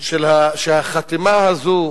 שהחתימה הזו